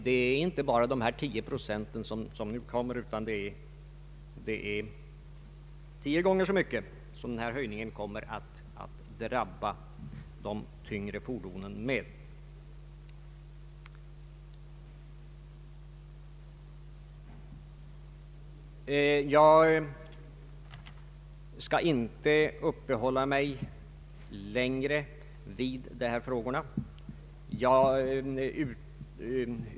Det är inte bara med de 10 procent som nu är aktuella, utan det är med tio gånger så mycket som den här höjningen kommer att drabba de tyngre fordonen. Jag skall inte uppehålla mig längre vid dessa frågor.